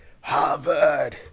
Harvard